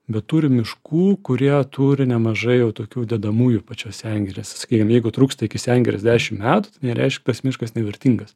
bet turim miškų kurie turi nemažai jau tokių dedamųjų pačios sengirės sakykim jeigu trūksta iki sengirės dešim metų tai nereišk tas miškas nevertingas